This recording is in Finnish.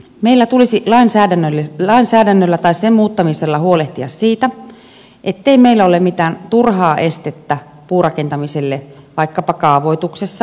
meillä tulisi lainsäädännöllä tai sen muuttamisella huolehtia siitä ettei meillä ole mitään turhaa estettä puurakentamiselle vaikkapa kaavoituksessa